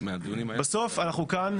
בסוף אנחנו כאן.